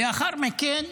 לאחר מכן,